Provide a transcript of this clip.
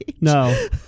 No